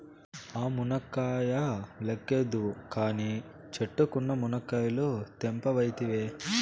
ఆ మునక్కాయ లెక్కేద్దువు కానీ, చెట్టుకున్న మునకాయలు తెంపవైతివే